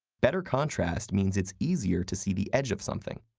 better contrast means it's easier to see the edge of something.